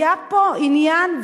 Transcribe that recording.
היה פה עניין,